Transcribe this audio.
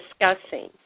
discussing